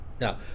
now